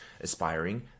aspiring